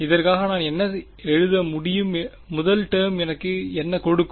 இதற்காக நான் என்ன எழுத முடியும் முதல் டேர்ம் எனக்கு என்ன கொடுக்கும்